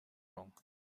wrong